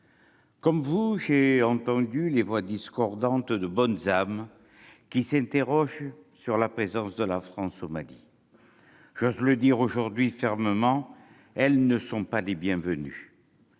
Comme vous, j'ai entendu les voix discordantes de bonnes âmes qui s'interrogent sur la présence de la France au Mali. J'ose le dire aujourd'hui fermement : elles ne sont pas les bienvenues